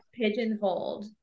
pigeonholed